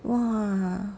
!wah!